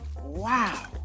Wow